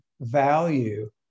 value